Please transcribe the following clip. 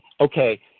Okay